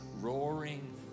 roaring